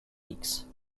lakes